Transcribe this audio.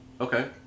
Okay